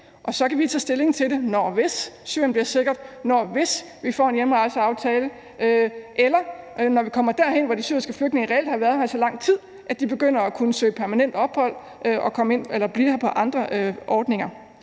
Syrien bliver sikkert, når og hvis vi får en hjemrejseaftale, eller når vi kommer derhen, hvor de syriske flygtninge reelt har været her i så lang tid, at de begynder at kunne søge permanent ophold eller blive her på andre ordninger.